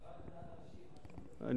תאמין לי, היה מתאים לו.